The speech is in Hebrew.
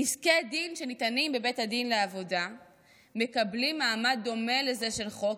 פסקי דין שניתנים בבית הדין לעבודה מקבלים מעמד דומה לזה של חוק,